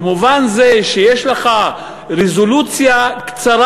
במובן זה שיש לך רזולוציה קצרה.